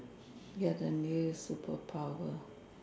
ya the new superpower